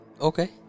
okay